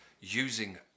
using